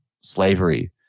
slavery